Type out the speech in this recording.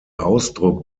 ausdruck